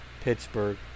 Pittsburgh